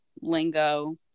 lingo